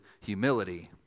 humility